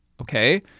okay